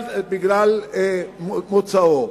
בגלל מוצאו.